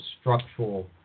structural